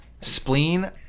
spleen